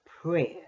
prayer